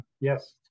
yes